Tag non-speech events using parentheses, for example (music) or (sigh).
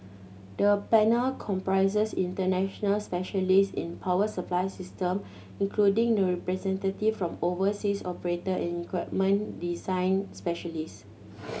the panel comprises international specialist in power supply system including representative from overseas operator and equipment design specialist (noise)